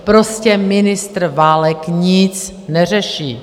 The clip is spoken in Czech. Prostě ministr Válek nic neřeší.